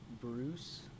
Bruce